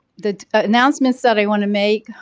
the announcements that i want to make,